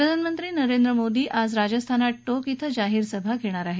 प्रधानमंत्री नरेंद्र मोदी आज राजस्थानात टोंक धिं जाहीर सभा घेणार आहेत